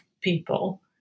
people